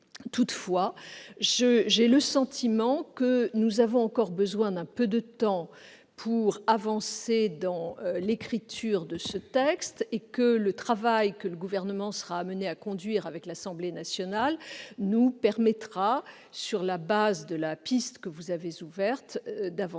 Toutefois, j'ai le sentiment que nous avons encore besoin d'un peu de temps pour avancer dans l'écriture de ce texte et que le travail que le Gouvernement sera amené à conduire avec l'Assemblée nationale nous permettra, sur la basse de la piste que vous avez ouverte, d'aller